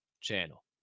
channel